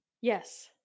Yes